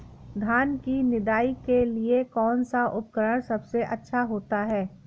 धान की निदाई के लिए कौन सा उपकरण सबसे अच्छा होता है?